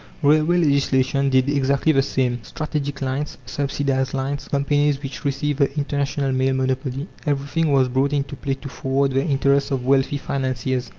railway legislation did exactly the same. strategic lines, subsidized lines, companies which received the international mail monopoly, everything was brought into play to forward the interests of wealthy financiers.